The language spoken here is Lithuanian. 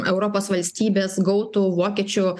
europos valstybės gautų vokiečių